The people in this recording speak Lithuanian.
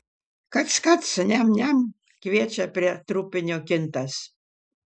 kac kac niam niam kviečia prie trupinio kintas